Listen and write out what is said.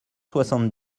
soixante